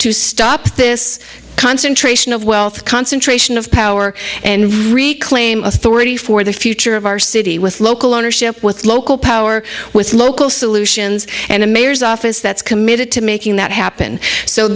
to stop this concentration of wealth concentration of power and reclaim authority for the future of our city with local ownership with local power with local solutions and a mayor's office that's committed to making that happen so